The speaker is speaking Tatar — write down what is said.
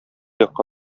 якка